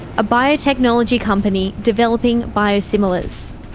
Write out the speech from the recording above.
a biotechnology company developing biosimilars.